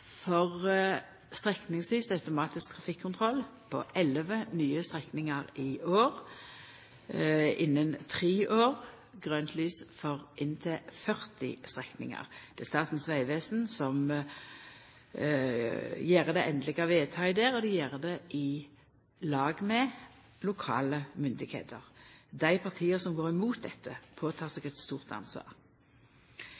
for strekningsvis automatisk trafikkontroll på elleve nye strekningar i år og innan tre år grønt lys for inntil 40 strekningar. Det er Statens vegvesen som gjer det endelege vedtaket, og dei gjer det i lag med lokale myndigheiter. Dei partia som går imot dette, tek på